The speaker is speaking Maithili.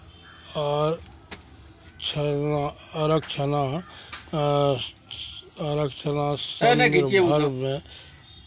आर क्षणा आरक्षणा आरक्षणा सन्दर्भमे